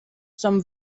zum